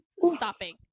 stopping